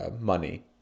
money